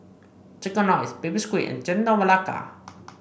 chicken rice Baby Squid and Chendol Melaka